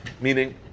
Meaning